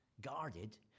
guarded